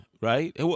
right